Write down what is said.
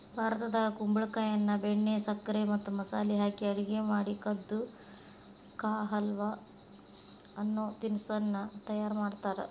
ಭಾರತದಾಗ ಕುಂಬಳಕಾಯಿಯನ್ನ ಬೆಣ್ಣೆ, ಸಕ್ಕರೆ ಮತ್ತ ಮಸಾಲೆ ಹಾಕಿ ಅಡುಗೆ ಮಾಡಿ ಕದ್ದು ಕಾ ಹಲ್ವ ಅನ್ನೋ ತಿನಸ್ಸನ್ನ ತಯಾರ್ ಮಾಡ್ತಾರ